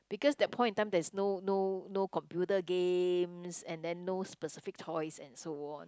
because that point in time there's no no no computer games and then no specific toys and so on